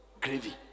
gravy